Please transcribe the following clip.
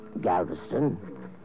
Galveston